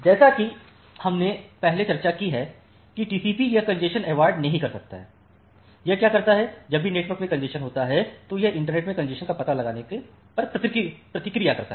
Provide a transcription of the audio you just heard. जैसा कि हमने पहले चर्चा की है कि टीसीपीयह कॅन्जेशन अवॉयड नहीं कर सकता है यह क्या करता है जब भी नेटवर्क में कॅन्जेशन होती है तो यह इंटरनेट में कॅन्जेशन का पता लगाने पर प्रतिक्रिया करता है